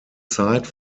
zeit